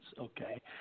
okay